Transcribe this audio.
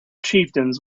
chieftains